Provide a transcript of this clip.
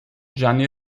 gianni